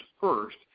first